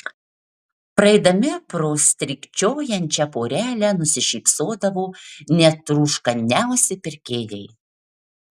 praeidami pro strykčiojančią porelę nusišypsodavo net rūškaniausi pirkėjai